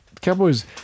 Cowboys